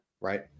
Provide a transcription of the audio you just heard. right